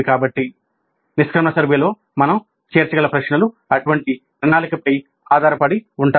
కాబట్టి నిష్క్రమణ సర్వేలో మనం చేర్చగల ప్రశ్నలు అటువంటి ప్రణాళికపై ఆధారపడి ఉంటాయి